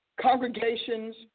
Congregations